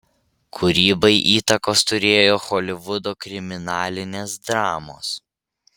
kūrybai įtakos turėjo holivudo kriminalinės dramos